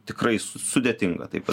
tikrai sudėtinga taip